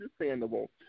understandable